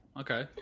Okay